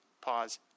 Pause